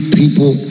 people